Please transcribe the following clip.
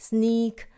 Sneak